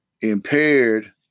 impaired